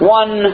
one